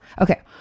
Okay